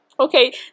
Okay